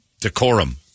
decorum